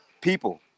People